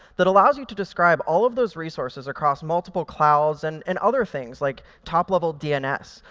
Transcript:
that allows you to describe all of those resources across multiple clouds and and other things like top level dns.